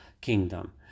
kingdom